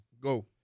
Go